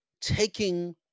taking